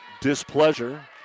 displeasure